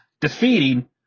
defeating